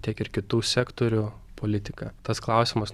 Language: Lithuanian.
tiek ir kitų sektorių politiką tas klausimas